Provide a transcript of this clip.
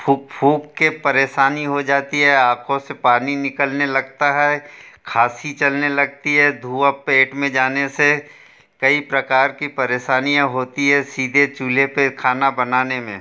फूँक फूँक कर परेशानी हो जाती है आँखो से पानी निकलने लगता है खाँसी चलने लगती है धुआँ पेट में जाने से कई प्रकार की परेशानियाँ होती हैं सीधे चूल्हे पर खाना बनाने में